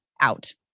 out